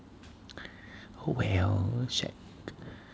well shag